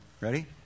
ready